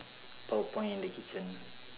power point in the kitchen